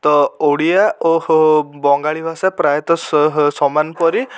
ତ ଓଡ଼ିଆ ଓହୋ ବଙ୍ଗାଳୀ ଭାଷା ପ୍ରାୟତଃ ସହ ସମାନ ପରି